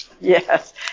Yes